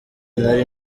nari